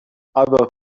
other